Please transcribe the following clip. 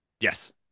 yes